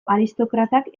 aristokratak